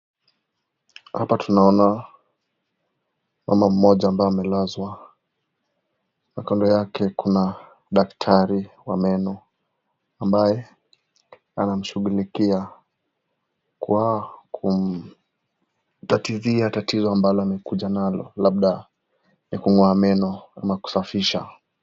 Hapa tunaona mama mmoja ambaye amelazwa, na kando yake kuna daktari wa meno ambaye anashughulikia kwa kumtatizia tatizo ambalo amekuja nalo. Labda ya kung'oa meno ama kusafisha.